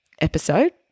episode